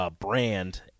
brand